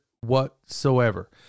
whatsoever